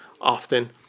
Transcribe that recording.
often